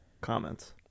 comments